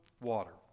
water